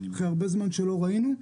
אחרי הרבה זמן שלא ראינו,